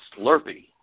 Slurpee